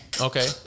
Okay